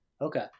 okay